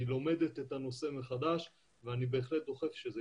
היא לומדת את הנושא מחדש ואני בהחלט דוחף שזה